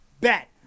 bet